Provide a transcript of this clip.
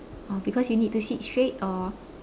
oh because you need to sit straight or